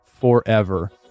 forever